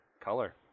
Color